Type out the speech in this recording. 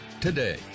today